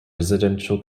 residential